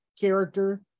character